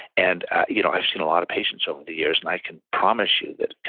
and you know i've seen a lot of patients over the years and i can promise you that,